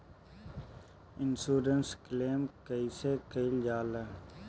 Insurance claim कइसे कइल जा ले?